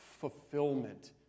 fulfillment